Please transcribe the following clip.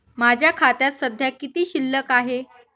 माझ्या खात्यात सध्या किती शिल्लक आहे?